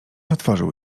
otworzył